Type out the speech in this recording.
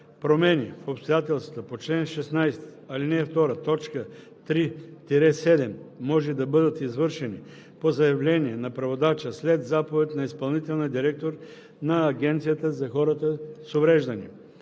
Промени в обстоятелствата по чл. 16, ал. 2, т. 3 – 7 може да бъдат извършени по заявление на преводача след заповед на изпълнителния директор на Агенцията за хората с увреждания.